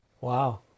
Wow